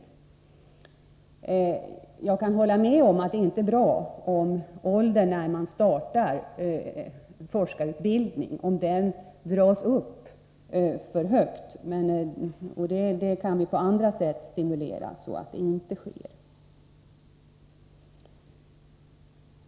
Men jag kan hålla med om att det inte är bra om åldern när man startar forskarutbildning blir för hög. Man kan dock på andra sätt stimulera så att detta inte sker.